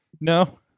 No